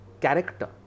character